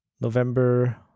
november